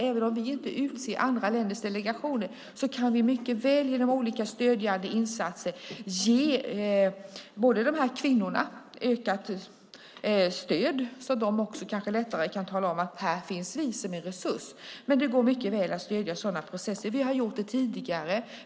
Även om vi inte utser andra länders delegationer kan vi mycket väl genom olika stödjande insatser ge kvinnorna ökat stöd, så att de också lättare kan tala om: Här finns vi som en resurs! Det går mycket väl att stödja sådana processer. Vi har gjort det tidigare.